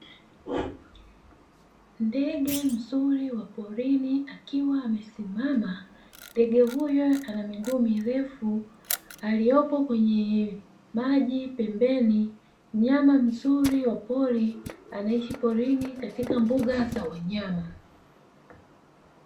Ndege mzuri wa porini akiwa amesimama, ndege huyu ana miguu mirefu aliyopo kwenye maji pembeni, mnyama mzuri wa pori anaishi porini katika mbuga za wanyama.